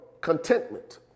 contentment